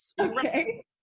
Okay